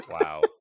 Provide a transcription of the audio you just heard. Wow